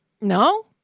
No